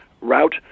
route